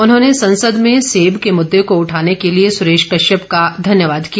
उन्होंने संसद में सेब के मुददे को उठाने के लिए सुरेश कश्यप का धन्यवाद किया